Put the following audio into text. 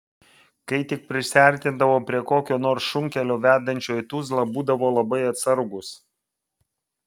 kai tik prisiartindavo prie kokio nors šunkelio vedančio į tuzlą būdavo labai atsargūs